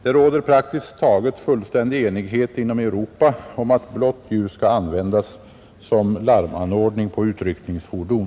Det råder praktiskt taget fullständig enighet inom Europa om att blått ljus skall användas som larmanordning på utryckningsfordon.